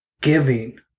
giving